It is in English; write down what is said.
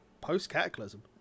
post-Cataclysm